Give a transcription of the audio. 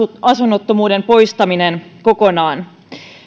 asunnottomuuden poistaminen kokonaan